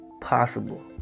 possible